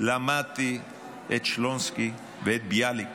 למדתי את שלונסקי ואת ביאליק